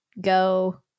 go